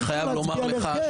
אני חייב לומר לך,